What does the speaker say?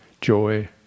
joy